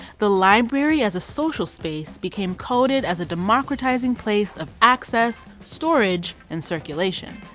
the library as a social space became coded as a democratizing place of access, storage, and circulation.